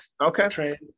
Okay